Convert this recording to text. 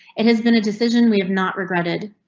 it has been a decision we have not regretted.